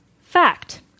Fact